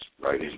right